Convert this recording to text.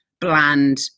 bland